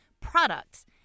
products